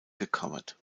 gecovert